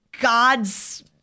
God's